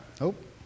Nope